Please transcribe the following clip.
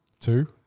two